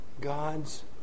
God's